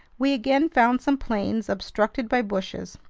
we again found some plains obstructed by bushes.